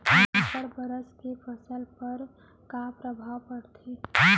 अब्बड़ वर्षा के फसल पर का प्रभाव परथे?